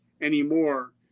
anymore